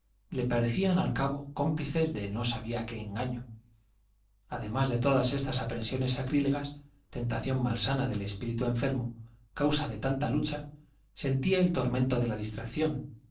le parecían al cabo cómplices de no sabía qué engaño además de todas estas aprensiones sacrílegas tentación malsana del espíritu enfermo causa de tanta lucha sentía el tormento de la distracción